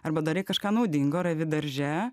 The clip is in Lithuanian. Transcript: arba darai kažką naudingo ravi darže